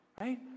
Right